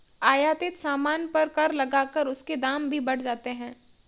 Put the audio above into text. आयातित सामान पर कर लगाकर उसके दाम भी बढ़ जाते हैं